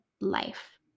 life